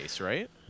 right